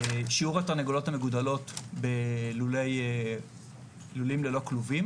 שיעור התרנגולות המגודלות בלולים ללא כלובים